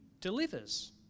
delivers